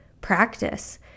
practice